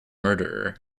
murderer